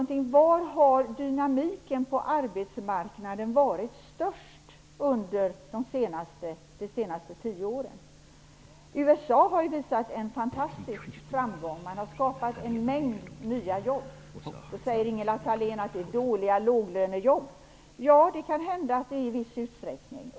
Var har dynamiken på arbetsmarknaden varit störst under de senaste tio åren? USA har ju visat en fantastisk framgång. Där har skapats en mängd nya jobb. Då säger Ingela Thalén att det är dåliga låglönejobb. Ja, det kan hända att det är så i viss utsträckning.